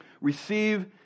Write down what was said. receive